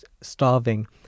starving